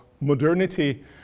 modernity